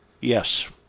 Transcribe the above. Yes